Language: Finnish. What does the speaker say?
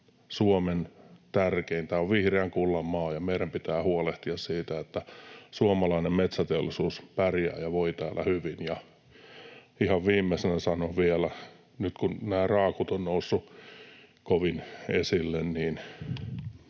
Suomen tärkeintä, tämä on vihreän kullan maa, ja meidän pitää huolehtia siitä, että suomalainen metsäteollisuus pärjää ja voi täällä hyvin. Ja ihan viimeisenä sanon vielä, nyt kun nämä raakut ovat nousseet kovin esille, että